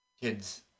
kids